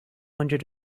hundred